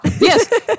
Yes